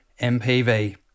MPV